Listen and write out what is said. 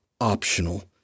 optional